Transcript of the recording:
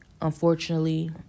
Unfortunately